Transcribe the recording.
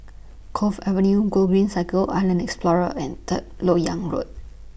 Cove Avenue Gogreen Cycle and Island Explorer and Third Lok Yang Road